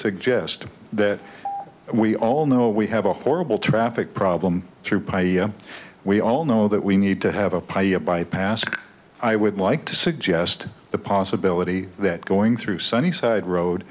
suggest that we all know we have a horrible traffic problem through by we all know that we need to have a bypass i would like to suggest the possibility that going through sunnyside road